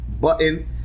button